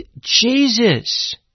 Jesus